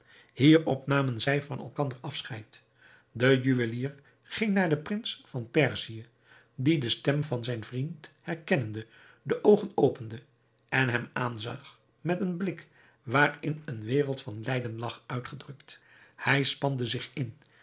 hierop namen zij van elkander afscheid de juwelier ging naar den prins van perzië die de stem van zijn vriend herkennende de oogen opende en hem aanzag met een blik waarin een wereld van lijden lag uitgedrukt hij spande zich in